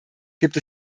gibt